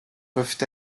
peuvent